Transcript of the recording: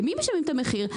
ומי משלם את המחיר?